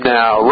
now